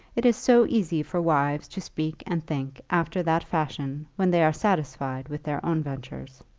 it is so easy for wives to speak and think after that fashion when they are satisfied with their own ventures.